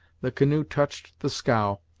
the canoe touched the scow,